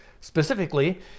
Specifically